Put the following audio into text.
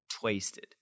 twisted